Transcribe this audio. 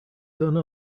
done